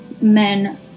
men